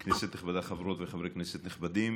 כנסת נכבדה, חברות וחברי כנסת נכבדים.